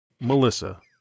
Melissa